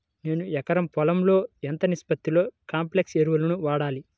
నేను ఎకరం పొలంలో ఎంత నిష్పత్తిలో కాంప్లెక్స్ ఎరువులను వాడాలి?